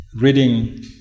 Reading